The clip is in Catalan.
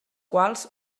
quals